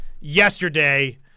yesterday